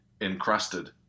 encrusted